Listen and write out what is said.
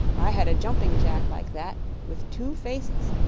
i had a jumping jack like that, with two faces.